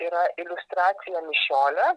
yra iliustracija mišiole